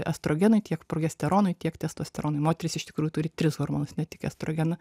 estrogenui tiek progesteronui tiek testosteronui moteris iš tikrųjų turi tris hormonus ne tik estrogeną